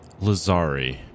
Lazari